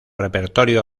repertorio